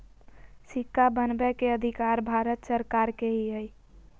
सिक्का बनबै के अधिकार भारत सरकार के ही हइ